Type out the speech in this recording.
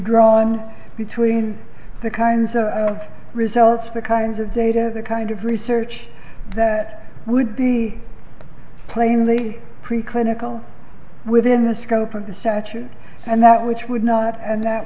drawn between the kinds of results the kinds of data the kind of research that would be plainly pre clinical within the scope of the sachin and that which would not and that